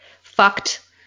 fucked